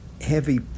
heavy